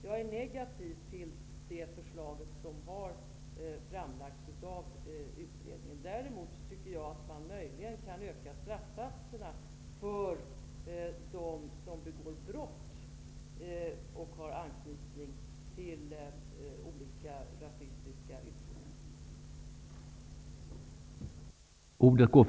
Jag är negativ till det förslag som har framlagts av utredningen.